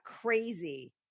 crazy